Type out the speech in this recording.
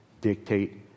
dictate